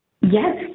Yes